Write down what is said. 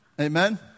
Amen